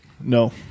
No